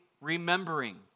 remembering